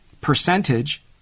percentage